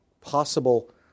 possible